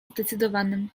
zdecydowanym